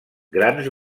grans